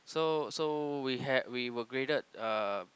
so so we had we were graded uh